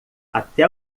até